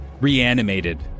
reanimated